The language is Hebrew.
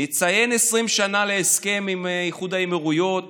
נציין 20 שנה להסכם עם איחוד האמירויות